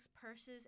purses